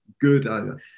good